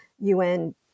UN